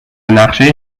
نقشه